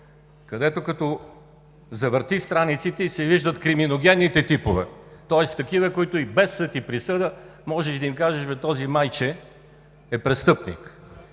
където, като завърти страниците, се виждат криминогенните типове, тоест такива, за които и без съд и присъда можеш да кажеш: този май че е престъпник.